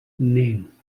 nee